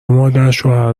مادرشوهر